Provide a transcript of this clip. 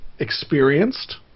experienced